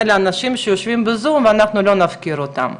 לאנשים שיושבים בזום ואנחנו לא נפקיר אותם,